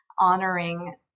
honoring